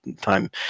time